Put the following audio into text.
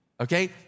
okay